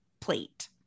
plate